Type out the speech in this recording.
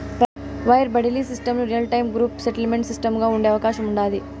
wire బడిలీ సిస్టమ్ల real time gross settlement సిస్టముగా ఉండే అవకాశం ఉండాది